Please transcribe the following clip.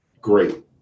great